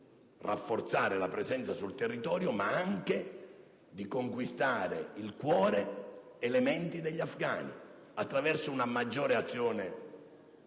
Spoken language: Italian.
rafforzare la presenza sul territorio e di conquistare il cuore e le menti degli afgani attraverso una maggiore azione di